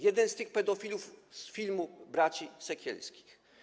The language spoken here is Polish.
Jeden z tych pedofilów z filmu braci Sekielskich.